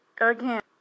again